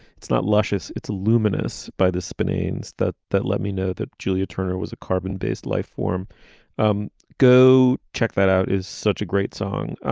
it's not luscious. it's luminous by the spinning is that that let me know that julia turner was a carbon based life form um go check that out is such a great song.